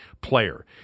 player